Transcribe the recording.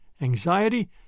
anxiety